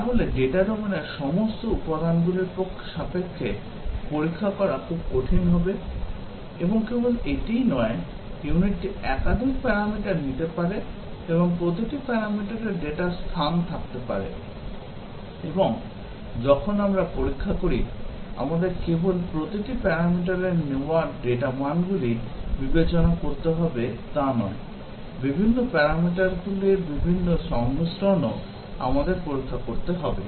তাহলে ডেটা ডোমেনের সমস্ত উপাদানগুলির সাপেক্ষে পরীক্ষা করা খুব কঠিন হবে এবং কেবল এটিই নয় ইউনিটটি একাধিক প্যারামিটার নিতে পারে এবং প্রতিটি প্যারামিটারের ডেটার স্থান থাকতে পারে এবং যখন আমরা পরীক্ষা করি আমাদের কেবল প্রতিটি প্যারামিটারের নেওয়া ডেটা মানগুলি বিবেচনা করতে হবে তা নয় বিভিন্ন প্যারামিটারগুলির বিভিন্ন সংমিশ্রণও আমাদের পরীক্ষা করতে হবে